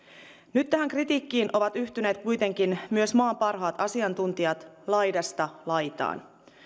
nyt tähän kritiikkiin ovat yhtyneet kuitenkin myös maan parhaat asiantuntijat laidasta laitaan